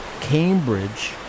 Cambridge